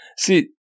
See